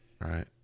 Right